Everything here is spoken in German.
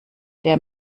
der